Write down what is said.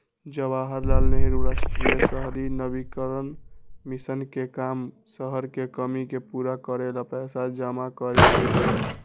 जवाहर लाल नेहरू राष्ट्रीय शहरी नवीकरण मिशन के काम शहर के कमी के पूरा करे ला पैसा जमा करे के हई